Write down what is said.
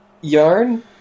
Yarn